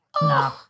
No